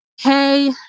hey